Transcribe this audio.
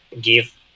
give